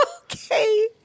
Okay